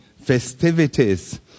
festivities